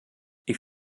ich